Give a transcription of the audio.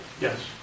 Yes